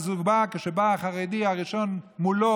אז כשבא החרדי הראשון מולו,